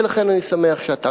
ולכן אני שמח שאתה,